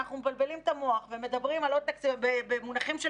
אנחנו מבלבלים את המוח ומדברים במונחים של